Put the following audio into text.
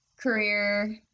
career